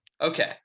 Okay